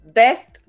best